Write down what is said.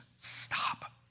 stop